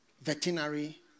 veterinary